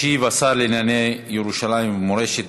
ישיב השר לענייני ירושלים ומורשת,